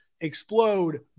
explode